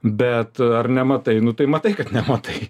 bet ar nematai nu tai matai kad nematai